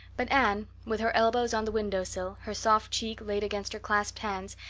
but anne, with her elbows on the window sill, her soft cheek laid against her clasped hands,